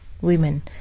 women